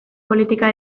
politika